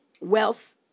wealth